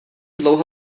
dlouho